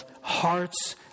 hearts